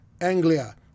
Anglia